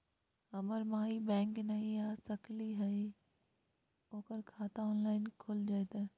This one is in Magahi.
हमर माई बैंक नई आ सकली हई, ओकर खाता ऑनलाइन खुल जयतई?